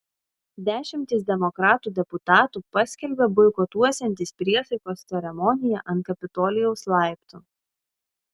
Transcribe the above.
dešimtys demokratų deputatų paskelbė boikotuosiantys priesaikos ceremoniją ant kapitolijaus laiptų